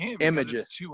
images